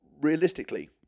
realistically